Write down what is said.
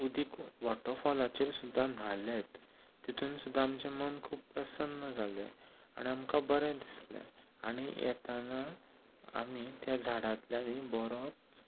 उदीक वॉटरफॉलाचेर सुद्दां न्हाले तितून सुद्दां आमचें मन खूब प्रसन्न जालें आनी आमकां बरें दिसलें आनी येताना आमी त्या झाडांतल्या बरोच